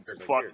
Fuck